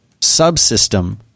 Subsystem